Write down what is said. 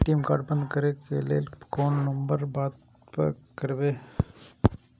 ATM card बंद करे के लेल कोन नंबर पर बात करबे?